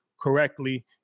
correctly